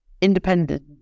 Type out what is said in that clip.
independent